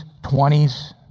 20s